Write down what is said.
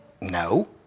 No